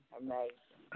amazing